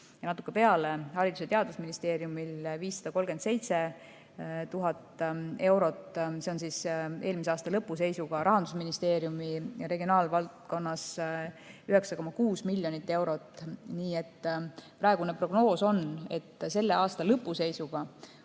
ja natuke peale, Haridus‑ ja Teadusministeeriumil on 537 000 eurot, see on eelmise aasta lõpu seisuga, Rahandusministeeriumi regionaalvaldkonnas on 9,6 miljonit eurot. Nii et praegune prognoos on, et selle aasta lõpu seisuga